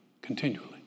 continually